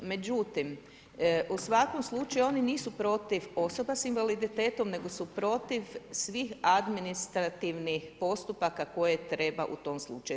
Međutim, u svakom slučaju oni nisu protiv osoba s invaliditetom, nego su protiv svih administrativnih postupaka koje treba u tom slučaju.